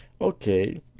okay